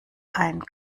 ein